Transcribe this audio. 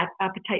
appetite